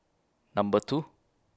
Number two